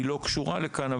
היא לא קשורה לכאן,